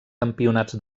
campionats